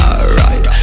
Alright